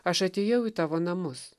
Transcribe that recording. aš atėjau į tavo namus